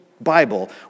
Bible